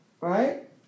Right